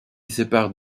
sépare